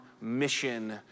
mission